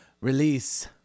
release